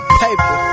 paper